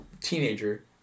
teenager